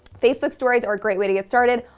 facebook stories are a great way to get started.